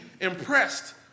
impressed